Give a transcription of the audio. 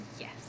Yes